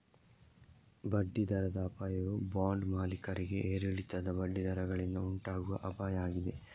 ಬಡ್ಡಿ ದರದ ಅಪಾಯವು ಬಾಂಡ್ ಮಾಲೀಕರಿಗೆ ಏರಿಳಿತದ ಬಡ್ಡಿ ದರಗಳಿಂದ ಉಂಟಾಗುವ ಅಪಾಯ ಆಗಿದೆ